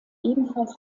ebenfalls